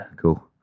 cool